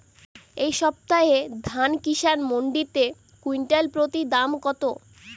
এই সপ্তাহে ধান কিষান মন্ডিতে কুইন্টাল প্রতি দাম কত?